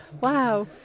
Wow